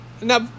now